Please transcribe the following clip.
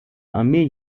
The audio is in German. armee